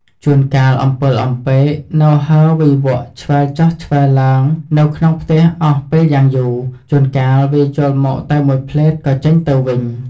ជួនកាលអំពិលអំពែកនៅហើរវីវក់ឆ្វែលចុះឆ្វែលឡើងនៅក្នុងផ្ទះអស់ពេលយ៉ាងយូរ ជួនកាលវាចូលមកតែមួយភ្លែតក៏ចេញទៅវិញ។